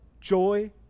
joy